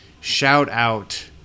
shout-out